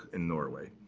in norway.